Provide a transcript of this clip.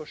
Och